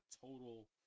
total